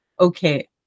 okay